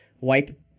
wipe